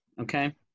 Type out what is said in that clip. okay